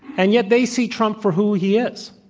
and yet, they see trump for who he is,